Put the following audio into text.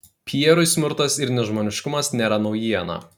pierui smurtas ir nežmoniškumas nėra naujiena